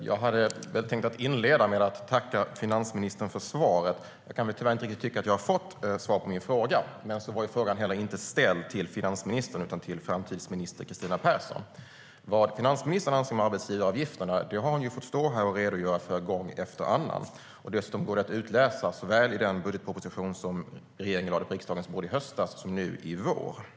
Herr talman! Jag hade tänkt inleda med att tacka finansministern för svaret. Tyvärr tycker jag inte att jag har fått något riktigt svar på min fråga. Men frågan var inte heller ställd till finansministern utan till framtidsminister Kristina Persson. Vad finansministern anser om arbetsgivaravgifterna har hon fått stå här och redogöra för gång efter annan. Det går dessutom att utläsa såväl i den budgetproposition som regeringen lade på riksdagens bord i höstas som i den som lades på riksdagens bord nu i vår.